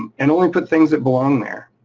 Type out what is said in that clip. um and only put things that belong there.